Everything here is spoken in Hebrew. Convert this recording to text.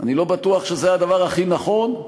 אני לא בטוח שזה היה הדבר הכי נכון.